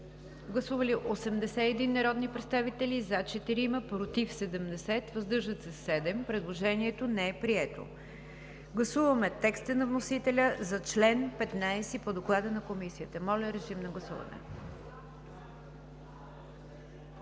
Гласували 81 народни представители: за 4, против 70, въздържали се 7. Предложението не е прието. Гласуваме текста на вносителя за чл. 15 по Доклада на Комисията. Гласували